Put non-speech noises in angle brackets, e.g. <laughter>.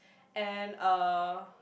<breath> and uh